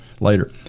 later